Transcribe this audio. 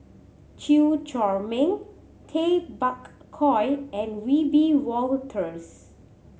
Chew Chor Meng Tay Bak Koi and Wiebe Wolters